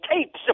tapes